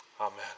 Amen